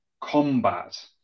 combat